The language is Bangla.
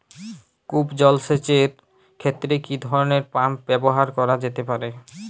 কূপ জলসেচ এর ক্ষেত্রে কি ধরনের পাম্প ব্যবহার করা যেতে পারে?